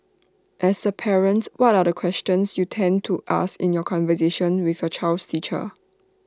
as A parent what are the questions you tend to ask in your conversations with your child's teacher